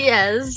Yes